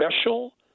special